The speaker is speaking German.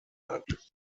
hat